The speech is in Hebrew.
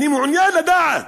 אני מעוניין לדעת.